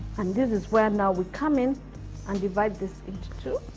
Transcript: and this is where now we come in and divide this into two.